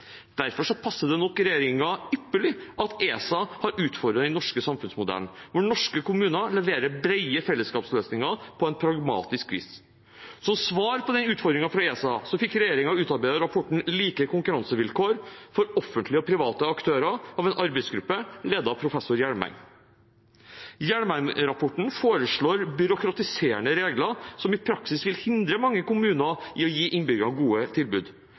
passer det nok regjeringen ypperlig at ESA har utfordret den norske samfunnsmodellen, hvor norske kommuner leverer brede fellesskapsløsninger på pragmatisk vis. Som svar på den utfordringen fra ESA fikk regjeringen utarbeidet rapporten Like konkurransevilkår for offentlige og private aktører av en arbeidsgruppe ledet av professor Hjelmeng. Hjelmeng-rapporten foreslår byråkratiserende regler som i praksis vil hindre mange kommuner i å gi innbyggerne gode tilbud.